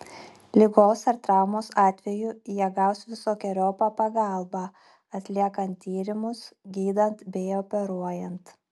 ligos ar traumos atveju jie gaus visokeriopą pagalbą atliekant tyrimus gydant bei operuojant